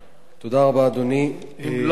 אם לא,